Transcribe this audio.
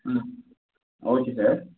ம் okay sir